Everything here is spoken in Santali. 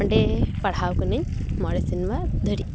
ᱚᱸᱰᱮ ᱯᱟᱲᱦᱟᱣ ᱟᱠᱟᱱᱟᱹᱧ ᱢᱚᱬᱮ ᱥᱮᱨᱢᱟ ᱰᱷᱟᱹᱨᱤᱡ